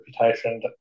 reputation